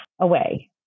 away